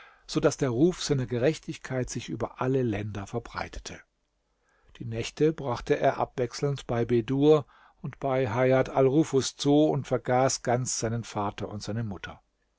so daß der ruf seiner gerechtigkeit sich über alle länder verbreitete die nächte brachte er abwechselnd bei bedur und bei hajat al nufus zu und vergaß ganz seinen vater und seine mutter